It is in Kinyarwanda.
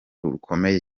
rukomeye